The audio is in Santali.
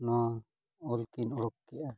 ᱱᱚᱣᱟ ᱚᱞᱠᱤᱱ ᱩᱰᱩᱠ ᱠᱮᱜᱼᱟ